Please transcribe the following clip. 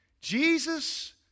Jesus